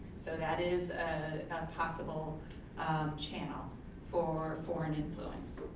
so that is a possible channel for foreign influence.